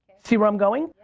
see where i'm going?